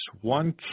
one